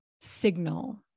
signal